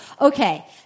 okay